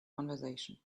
conversation